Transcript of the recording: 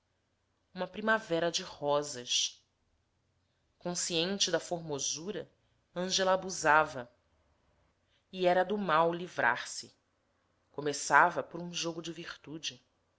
uma primavera de rosas consciente da formosura ângela abusava e era do mal livrar-se começava por um jogo de virtude